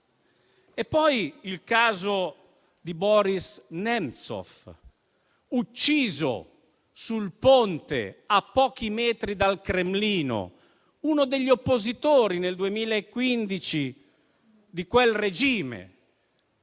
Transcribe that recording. poi il caso di Boris Nemtsov, ucciso sul ponte a pochi metri dal Cremlino. Era uno degli oppositori di quel regime